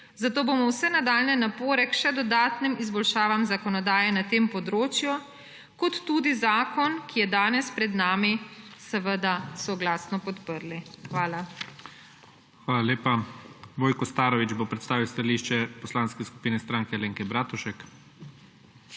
zato bomo vse nadaljnje napore k še dodatnim izboljšavam zakonodaje na tem področju ter tudi zakon, ki je danes pred nami, seveda soglasno podprli. Hvala. **PREDSEDNIK IGOR ZORČIČ:** Hvala lepa. Vojko Starović bo predstavil stališče Poslanske skupine Stranke Alenke Bratušek.